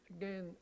again